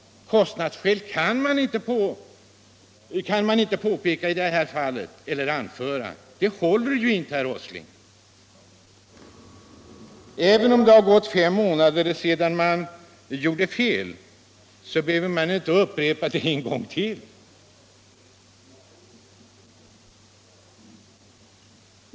Kostnadsskäl kan man inte anföra i det fallet — det håller inte, herr Åsling. Även om det har gått fem månader sedan man gjorde fel behöver man inte upprepa det nu.